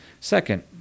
Second